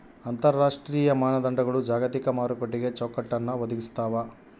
ಅಂತರರಾಷ್ಟ್ರೀಯ ಮಾನದಂಡಗಳು ಜಾಗತಿಕ ಮಾರುಕಟ್ಟೆಗೆ ಚೌಕಟ್ಟನ್ನ ಒದಗಿಸ್ತಾವ